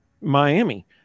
Miami